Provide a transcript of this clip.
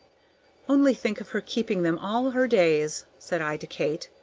only think of her keeping them all her days, said i to kate.